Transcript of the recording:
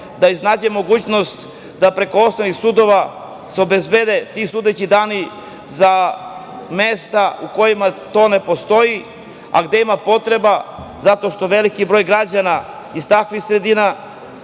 da iznađe mogućnost da preko osnovnih sudova se obezbede ti sudeći dani za mesta u kojima to ne postoji, a gde postoji potreba, jer veliki broj građana iz takvih sredina,